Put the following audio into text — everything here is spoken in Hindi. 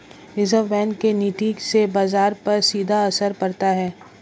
रिज़र्व बैंक के नीति से बाजार पर सीधा असर पड़ता है